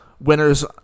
winners